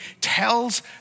tells